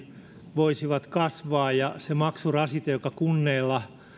voisivat kasvaa ja se maksurasite joka kunnilla